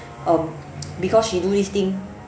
um because she do this thing